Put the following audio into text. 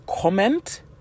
comment